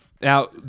Now